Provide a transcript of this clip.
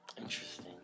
Interesting